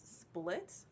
split